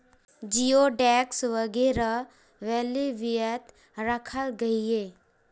जिओडेक्स वगैरह बेल्वियात राखाल गहिये